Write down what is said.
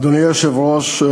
אדוני היושב-ראש,